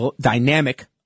dynamic